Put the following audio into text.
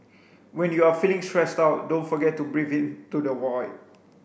when you are feeling stressed out don't forget to breathe into the void